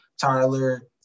Tyler